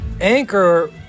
Anchor